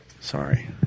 Sorry